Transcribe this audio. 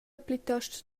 plitost